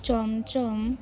chamcham